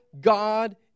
God